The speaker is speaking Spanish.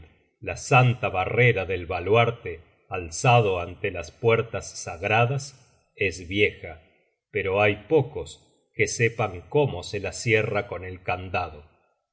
la santa barrera del baluarte alzado ante las puertas sagradas es vieja pero hay pocos que sepan cómo se la cierra con el candado